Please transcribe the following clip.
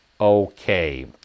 okay